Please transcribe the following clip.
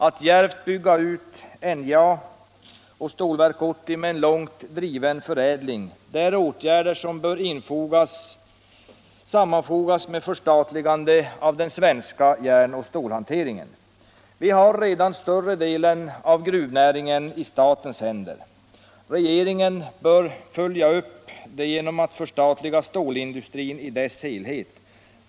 Att djärvt bygga ut NJA och Stålverk 80 med en långt driven förädling, det är åtgärder som bör sammanfogas med förstatligande av den svenska järnoch stålhanteringen. Vi har redan större delen av gruvnäringen i statens händer. Regeringen bör följa upp genom att förstatliga stålindustrin i dess helhet.